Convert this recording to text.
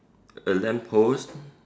a lamp post